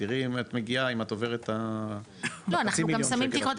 תראי אם את עוברת את החצי מיליון שקל,